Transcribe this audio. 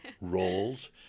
roles